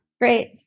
Great